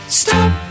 stop